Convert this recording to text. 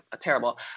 terrible